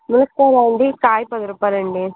మునక్కాయలా అండి కాయి పది రుపాయలండి